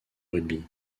rugby